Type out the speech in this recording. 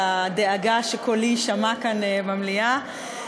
על הדאגה שקולי יישמע כאן במליאה.